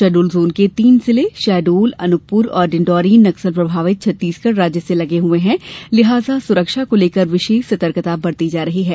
Shahdol zone के तीन जिले शहडोल अनूपपुर और डिंडौरी नक्सल प्रभावित छत्तीसगढ़ राज्य से लगे हुए हैं लिहाजा सुरक्षा को लेकर विशेष सतर्कता बरती जा रही है